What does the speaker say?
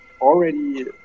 already